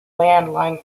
landline